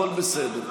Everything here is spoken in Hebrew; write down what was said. הכול בסדר.